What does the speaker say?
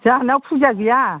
जोंहानाव फुजा गैया